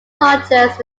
largest